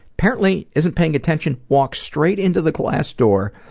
apparently isn't paying attention, walks straight into the glass door.